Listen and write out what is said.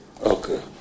Okay